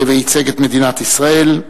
וייצג את מדינת ישראל,